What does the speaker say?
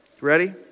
Ready